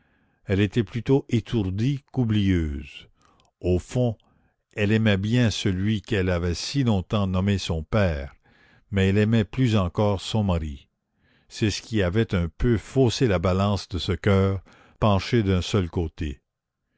elle était plutôt étourdie qu'oublieuse au fond elle aimait bien celui qu'elle avait si longtemps nommé son père mais elle aimait plus encore son mari c'est ce qui avait un peu faussé la balance de ce coeur penchée d'un seul côté